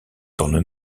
tourne